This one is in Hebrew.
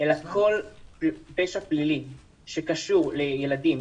אלא כל פשע פלילי שקשור לילדים,